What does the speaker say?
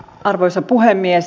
arvoisa puhemies